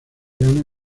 gana